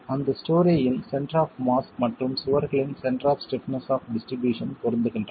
அந்த ஸ்டோரேயின் centre of mass மற்றும் சுவர்களின் centre of stiffness of distribution பொருந்துகின்றன